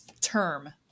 term